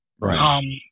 Right